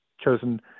chosen